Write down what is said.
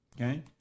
okay